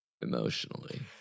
emotionally